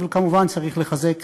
אבל כמובן צריך לחזק